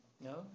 No